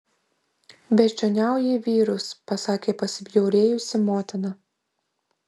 beždžioniauji vyrus pasakė pasibjaurėjusi motina